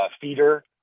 feeder